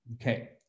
Okay